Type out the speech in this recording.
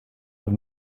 have